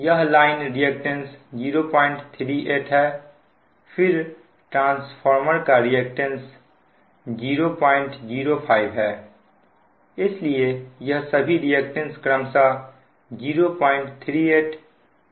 यह line reactance 038 है फिर ट्रांसफार्मर का रिएक्टेंस 005 है इसलिए यह सभी रिएक्टेंस क्रमशः 038 005 020 हैं